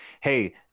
hey